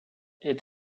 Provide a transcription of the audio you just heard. est